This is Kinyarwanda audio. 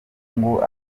ngo